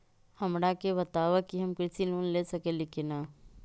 हमरा के बताव कि हम कृषि लोन ले सकेली की न?